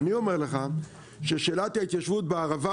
אני אומר לך ששאלת ההתיישבות בערבה,